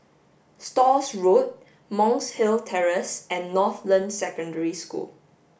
Stores Road Monk's Hill Terrace and Northland Secondary School